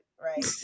right